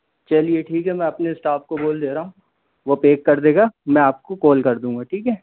चलिए ठीक है मैं अपने स्टाफ़ को बोल दे रहा हूँ वो पैक कर देगा मैं आप को कॉल कर दूंगा ठीक है